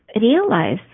realize